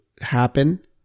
happen